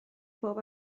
bob